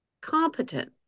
competent